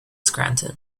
scranton